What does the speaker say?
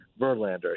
Verlander